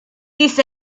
this